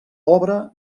pobre